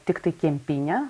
tiktai kempinę